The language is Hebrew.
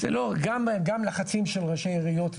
גם לחצים של ראשי עיריות,